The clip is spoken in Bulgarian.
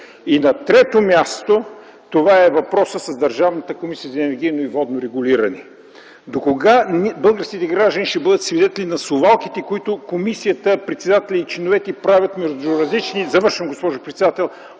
На трето място е въпросът за Държавната комисия за енергийно и водно регулиране. Докога българските граждани ще бъдат свидетели на совалките, които комисията, председателят и членовете й правят между различни органи на изпълнителната